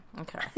Okay